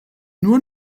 nur